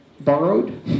borrowed